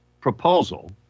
proposal